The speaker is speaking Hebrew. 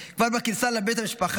כבר בכניסה לבית המשפחה,